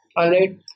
alright